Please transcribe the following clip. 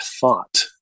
thought